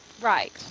Right